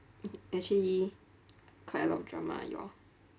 actually quite a lot of drama you all